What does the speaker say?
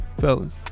fellas